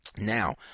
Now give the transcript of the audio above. Now